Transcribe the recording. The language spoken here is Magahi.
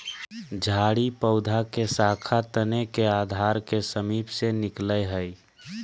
झाड़ी पौधा के शाखा तने के आधार के समीप से निकलैय हइ